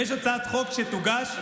ויש הצעת חוק שתוגש,